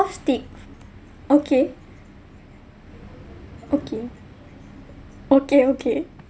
golf stick okay okay okay okay